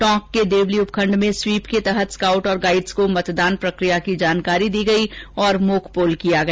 टोंक के देवली उपखंड में स्वीप के तहत स्काउट और गाइड्स को मतदान प्रक्रिया की जानकारी दी गई और मोकपोल किया गया